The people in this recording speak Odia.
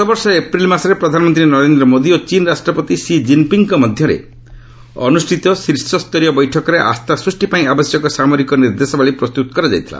ଗତବର୍ଷ ଏପ୍ରିଲ୍ ମାସରେ ପ୍ରଧାନମନ୍ତ୍ରୀ ନରେନ୍ଦ୍ର ମୋଦି ଓ ଚୀନ୍ ରାଷ୍ଟ୍ରପତି ଷି ଜିନ୍ପିଙ୍ଗଙ୍କ ମଧ୍ୟରେ ଅନୁଷ୍ଠିତ ଶୀର୍ଷସରୀୟ ବୈଠକରେ ଆସ୍ଥା ସୃଷ୍ଟି ପାଇଁ ଆବଶ୍ୟକ ସାମରିକ ନିର୍ଦ୍ଦେଶାବଳୀ ପ୍ରସ୍ତୁତ କରାଯାଇଥିଲା